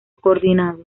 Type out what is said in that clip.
coordinado